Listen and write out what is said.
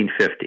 1950